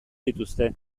dituzte